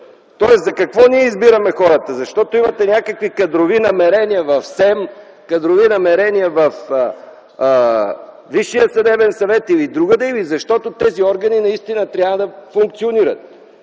Тоест, за какво ние избираме хората – защото имате някакви кадрови намерения в СЕМ, кадрови намерения във Висшия съдебен съвет или другаде, или защото тези органи наистина трябва да функционират?